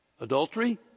Adultery